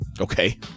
Okay